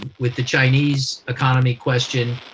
with the chinese economy question,